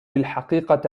الحقيقة